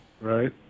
Right